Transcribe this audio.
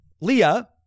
Leah